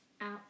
out